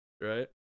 right